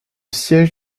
siège